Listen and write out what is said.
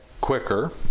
quicker